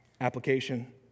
application